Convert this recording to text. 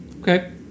Okay